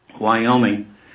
Wyoming